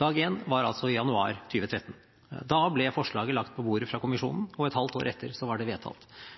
Dag én var i januar 2013. Da ble forslaget lagt på bordet av EU-kommisjonen, og et halvt år etter var det vedtatt.